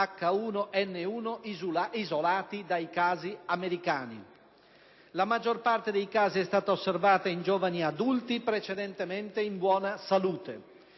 A/H1N1 isolati dai casi americani. La maggior parte dei casi è stata osservata in giovani adulti precedentemente in buona salute.